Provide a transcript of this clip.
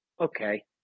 okay